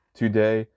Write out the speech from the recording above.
today